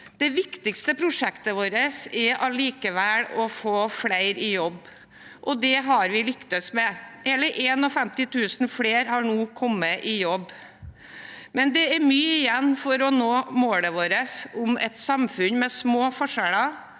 Det viktigste prosjektet vårt er allikevel å få flere i jobb, og det har vi lyktes med. Hele 51 000 flere har nå kommet i jobb. Men det er mye igjen for å nå målet vårt om et samfunn med små forskjeller,